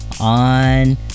on